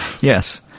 Yes